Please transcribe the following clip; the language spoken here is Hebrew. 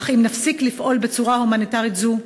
אך אם נפסיק לפעול בצורה הומניטרית זו,